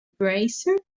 bracer